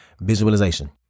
Visualization